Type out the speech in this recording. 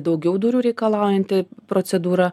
daugiau durų reikalaujanti procedūra